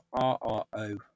RRO